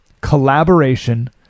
collaboration